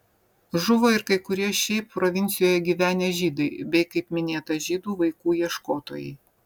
žuvo ir kai kurie šiaip provincijoje gyvenę žydai bei kaip minėta žydų vaikų ieškotojai